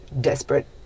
desperate